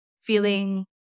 feeling